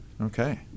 Okay